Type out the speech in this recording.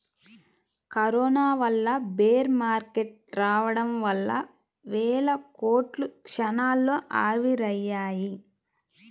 corona వల్ల bear market రావడం వల్ల వేల కోట్లు క్షణాల్లో ఆవిరయ్యాయి